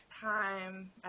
time